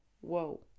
Whoa